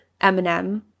Eminem